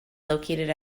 located